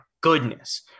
goodness